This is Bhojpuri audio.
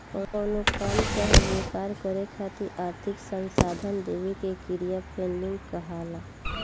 कवनो काम चाहे व्यापार करे खातिर आर्थिक संसाधन देवे के क्रिया फंडिंग कहलाला